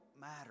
matter